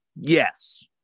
Yes